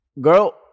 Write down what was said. Girl